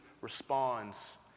responds